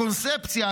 הקונספציה,